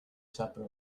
supper